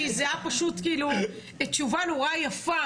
כי זה היה פשוט כאילו תשובה נורא יפה